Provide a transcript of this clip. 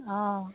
অঁ